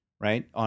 right